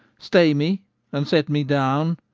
stay me and set me down.